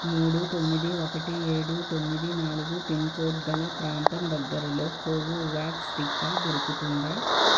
మూడు తొమ్మిది ఒకటి ఏడు తొమ్మిది నాలుగు పిన్కోడ్ గల ప్రాంతం దగ్గరలో కోవోవ్యాక్స్ టీకా దొరుకుతుందా